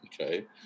okay